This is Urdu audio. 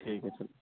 ٹھیک ہے سر